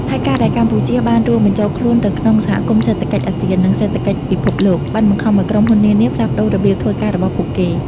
ហើយការដែលកម្ពុជាបានរួមបញ្ចូលខ្លួនទៅក្នុងសហគមន៍សេដ្ឋកិច្ចអាស៊ាន និងសេដ្ឋកិច្ចពិភពលោក បានបង្ខំឲ្យក្រុមហ៊ុននានាផ្លាស់ប្ដូររបៀបធ្វើការរបស់ពួកគេ។